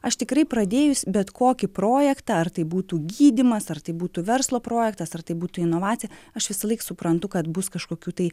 aš tikrai pradėjus bet kokį projektą ar tai būtų gydymas ar tai būtų verslo projektas ar tai būtų inovacija aš visąlaik suprantu kad bus kažkokių tai